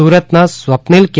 સુરતના સ્વપ્નિલ કે